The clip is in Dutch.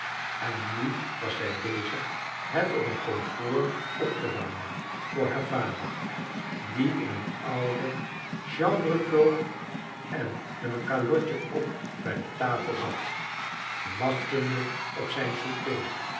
en nu was zij bezig het op een komfoor op te warmen voor haar vader die in een oude chambrecloack en met een calotje op bij de tafel zat wachtende op zijn souper